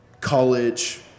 college